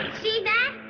see that?